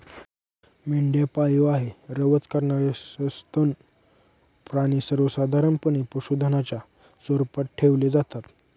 मेंढ्या पाळीव आहे, रवंथ करणारे सस्तन प्राणी सर्वसाधारणपणे पशुधनाच्या स्वरूपात ठेवले जातात